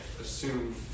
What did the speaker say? assume